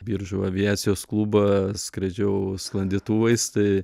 biržų aviacijos klubą skraidžiau sklandytuvais tai